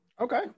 Okay